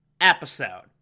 episode